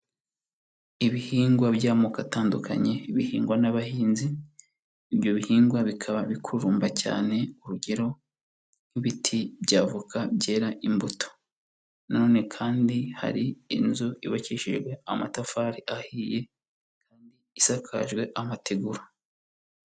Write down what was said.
Ibihingwa by'amoko atandukanye bihingwa n'abahinzi, ibyo bihingwa bikaba bikurumba cyane, urugero nk'ibiti by'avoka byera imbuto, na none kandi hari inzu yubakishijwe amatafari ahiye, isakajwe amategura.